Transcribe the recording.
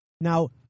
Now